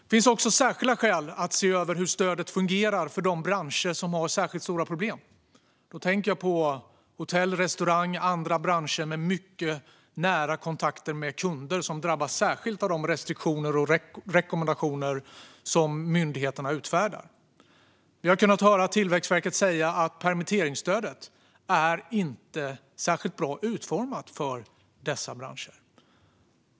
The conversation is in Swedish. Det finns också särskilda skäl att se över hur stödet fungerar för de branscher som har speciellt stora problem. Då tänker jag på hotell, restaurang och andra branscher med mycket nära kontakter med kunder, som drabbas särskilt av de restriktioner och rekommendationer som myndigheterna utfärdar. Vi har kunnat höra Tillväxtverket säga att permitteringsstödet inte är särskilt bra utformat för dessa branscher.